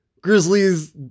Grizzlies